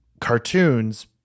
cartoons